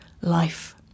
life